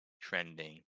Trending